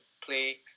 play